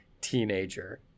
teenager